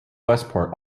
westport